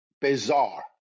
bizarre